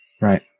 Right